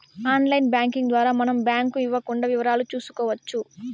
online banking ద్వారా మనం bank ఇవ్వకుండా వివరాలు చూసుకోవచ్చు